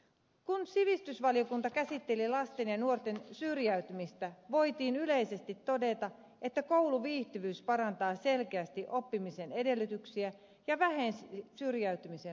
kun sivistysvaliokunta käsitteli lasten ja nuorten syrjäytymistä voitiin yleisesti todeta että kouluviihtyvyys parantaa selkeästi oppimisen edellytyksiä ja vähentää syrjäytymisen riskiä